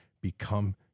become